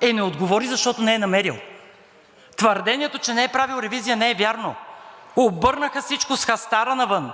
Е, не отговори, защото не е намерил. Твърдението, че не е правил ревизия, не е вярно! Обърнаха всичко с хастара навън!